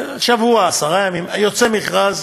שבוע, עשרה ימים, יוצא מכרז.